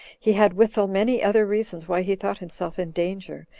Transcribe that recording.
he had withal many other reasons why he thought himself in danger,